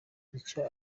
icyo